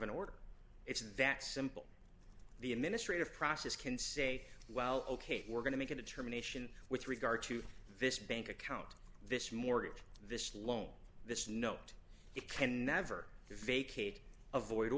of an order it's that simple the administrative process can say well ok we're going to make a determination with regard to this bank account this mortgage this loan this note it can never vacate a void